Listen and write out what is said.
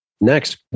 Next